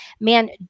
man